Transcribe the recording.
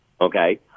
okay